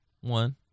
One